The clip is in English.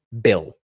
bill